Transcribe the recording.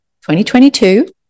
2022